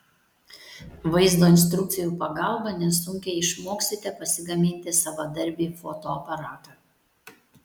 vaizdo instrukcijų pagalba nesunkiai išmoksite pasigaminti savadarbį fotoaparatą